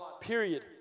period